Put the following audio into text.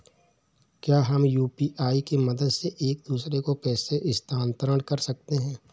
क्या हम यू.पी.आई की मदद से एक दूसरे को पैसे स्थानांतरण कर सकते हैं?